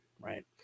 right